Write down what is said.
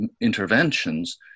interventions